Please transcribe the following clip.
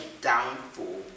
downfall